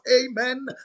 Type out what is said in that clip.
Amen